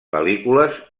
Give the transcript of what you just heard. pel·lícules